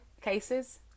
cases